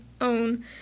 own